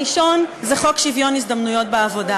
הראשון, חוק שוויון ההזדמנויות בעבודה.